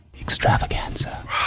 Extravaganza